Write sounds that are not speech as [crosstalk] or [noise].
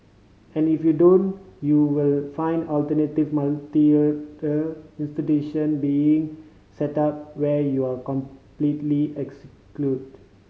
and if you don't you will find alternate [unintelligible] institution being set up where you are completely excluded